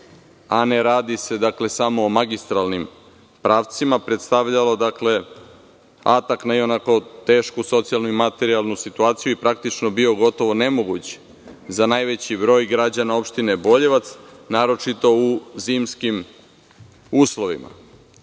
a ne radi se samo o magistralnim pravcima, predstavljao atak na ionako tešku socijalnu i materijalnu situaciju i praktično bio gotovo nemoguć za najveći broj građana opštine Boljevac, naročito u zimskim uslovima. Broj